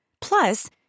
Plus